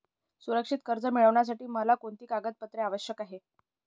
सुरक्षित कर्ज मिळविण्यासाठी मला कोणती कागदपत्रे आवश्यक आहेत